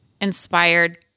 inspired